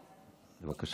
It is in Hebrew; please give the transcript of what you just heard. בבקשה.